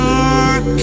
Dark